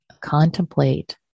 contemplate